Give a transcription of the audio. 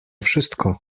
wszystko